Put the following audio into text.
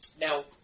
Now